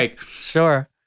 sure